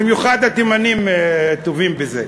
במיוחד התימנים טובים זה.